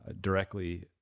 directly